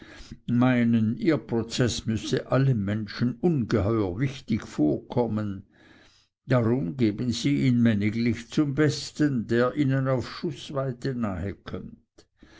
meinen ihr prozeß müsse allen menschen ungeheuer wichtig vorkommen darum geben sie ihn männiglich zum besten der ihnen auf schußweite nahe kömmt